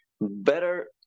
better